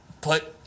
put